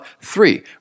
Three